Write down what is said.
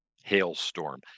hailstorm